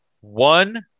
one